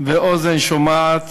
ואוזן שומעת,